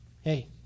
Hey